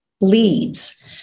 leads